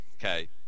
Okay